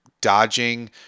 Dodging